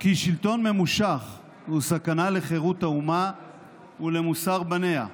"כי שלטון ממושך הוא סכנה לחירות האומה ולמוסר בניה.